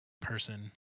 person